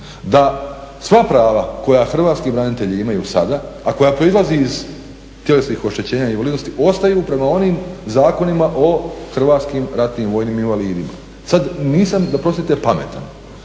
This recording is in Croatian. da sva prava koja hrvatski branitelji imaju sada, a koja proizlazi iz tjelesnog oštećenja i invalidnosti ostaju prema onim zakonima o hrvatskim ratnim vojnim invalidima. Sada nisam da prostite pametan,